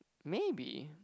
maybe